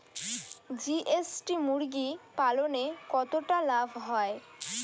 GST মুরগি পালনে কতটা লাভ হয়?